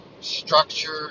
structure